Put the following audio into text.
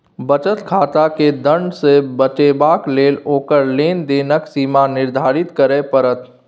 बचत खाताकेँ दण्ड सँ बचेबाक लेल ओकर लेन देनक सीमा निर्धारित करय पड़त